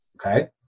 Okay